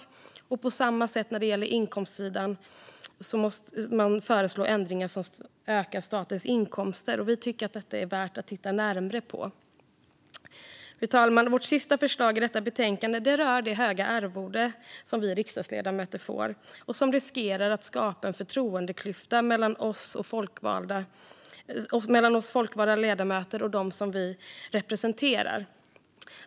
Och på inkomstsidan får man bara föreslå ändringar som ökar statens inkomster. Vi tycker att det är värt att titta närmare på detta. Fru talman! Vårt sista förslag i detta betänkande rör det höga arvode som vi riksdagsledamöter får. Det riskerar att skapa en förtroendeklyfta mellan oss folkvalda ledamöter och dem som vi representerar.